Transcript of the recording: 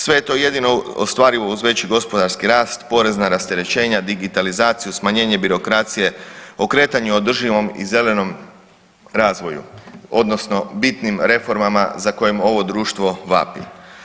Sve je to jedino ostvarivo uz veći gospodarski rast, porezna rasterećenja, digitalizaciju, smanjenje birokracije, okretanje održivom i zelenom razvoju odnosno bitnim reformama za kojim ovo društvo vapi.